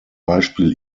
beispiel